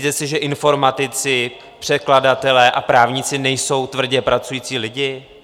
Myslíte si, že informatici, překladatelé a právníci nejsou tvrdě pracující lidi?